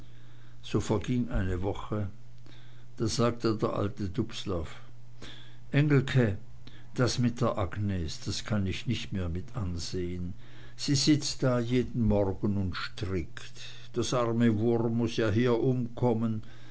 so verging eine woche da sagte der alte dubslav engelke das mit der agnes das kann ich nich mehr mit ansehn sie sitzt da jeden morgen und strickt das arme wurm muß ja hier umkommen